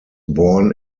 born